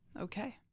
Okay